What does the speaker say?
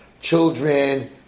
Children